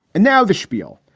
and now the spiel.